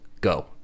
go